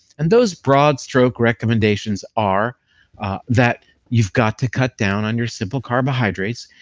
and those broad stroke recommendations are that you've got to cut down on your simple carbohydrates,